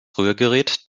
rührgerät